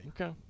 Okay